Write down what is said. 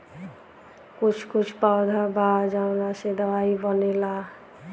कुछ कुछ पौधा बा जावना से दवाई बनेला